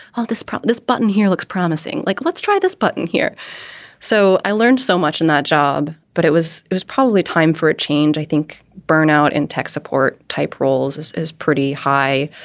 oh, this this button here looks promising, like, let's try this button here so i learned so much in that job, but it was it was probably time for a change. i think burnout in tech support type roles is is pretty high.